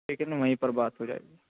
ٹھیک ہے نا وہیں پر بات ہو جائے گی